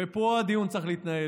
ופה הדיון צריך להתנהל,